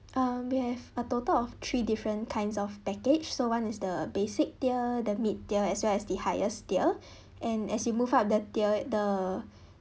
um we have a total of three different kinds of package so one is the basic tier the mid tier well as the highest tier and as you move up the tier the